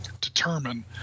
determine